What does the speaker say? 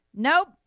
Nope